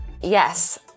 Yes